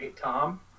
Tom